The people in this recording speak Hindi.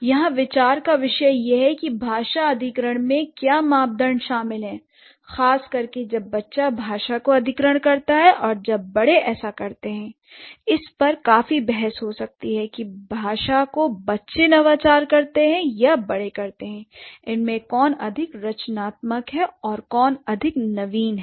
यहां विचार का विषय यह है कि भाषा अधिकरण में क्या मापदंड शामिल है खास करके जब बच्चा भाषा को अधिकरण करता है और जब बड़े ऐसा करते हैं इस पर काफी बहस हो सकती है कि भाषा को बच्चे नवाचार करते हैं या बड़े करते हैं इनमें कौन अधिक रचनात्मक है और कौन अधिक नवीन है